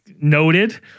Noted